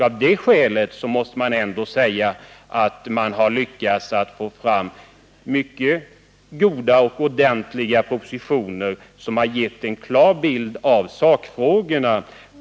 Av det skälet måste man ändå säga att regeringen på en ganska kort tid har lyckats få fram mycket gedigna propositioner, som har gett en klar bild av sakfrågorna.